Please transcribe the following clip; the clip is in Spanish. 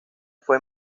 fue